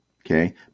okay